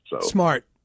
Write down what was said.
Smart